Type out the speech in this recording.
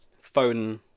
phone